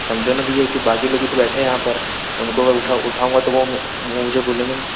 समझो ना भईया की बाकी लोग भी तो बैठे हैं यहाँ पर उनको अगर उठाऊंगा तो वो मुझे बोलेंगे ना